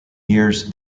years